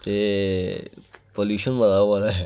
ते पलूशन मता होआ दा ऐ